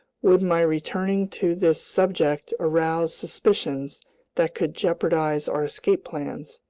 would my returning to this subject arouse suspicions that could jeopardize our escape plans,